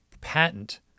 patent